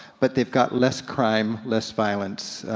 but they've got less crime, less violence,